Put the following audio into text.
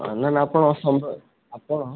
ନା ନା ଆପଣ ସମ୍ବାଦ ଆପଣ